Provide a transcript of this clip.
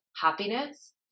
happiness